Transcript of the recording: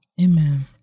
Amen